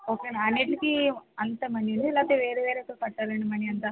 ఓకేను అన్నిట్లకి అంతా మనీనా లేకపోతే వేరువేరుగా కట్టాలా అండీ మనీ అంతా